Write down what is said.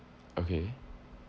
okay